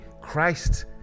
christ